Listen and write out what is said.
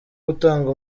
gutanga